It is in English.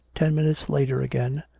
ten minutes later again,